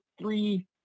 three